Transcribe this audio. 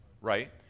right